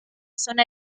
zona